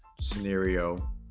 scenario